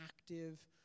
active